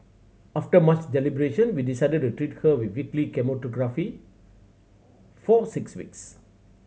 after much deliberation we decided to treat her with weekly chemotherapy for six weeks